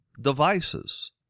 devices